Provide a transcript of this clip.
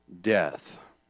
death